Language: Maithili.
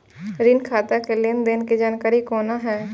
ऋण खाता के लेन देन के जानकारी कोना हैं?